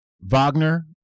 Wagner